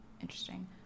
Interesting